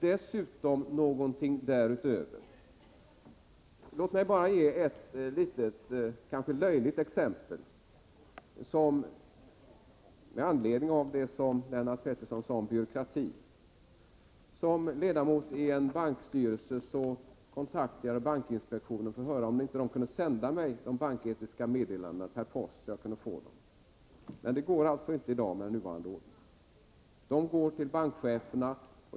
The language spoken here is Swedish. Dessutom behövs någonting därutöver. Låt mig ge ett litet kanske löjligt exempel med anledning av det som Lennart Pettersson sade om byråkrati. Som ledamot i en bankstyrelse kontaktade jag bankinspektionen för att höra om man kunde sända mig de banketiska meddelandena per post. Men det går inte i dag, med nuvarande ordning. Dessa meddelanden skickas till bankcheferna.